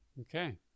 Okay